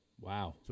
Wow